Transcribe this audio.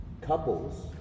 couples